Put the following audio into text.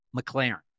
McLaren